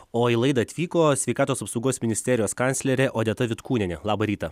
o į laidą atvyko sveikatos apsaugos ministerijos kanclerė odeta vitkūnienė labą rytą